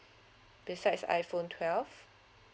besides iphone twelve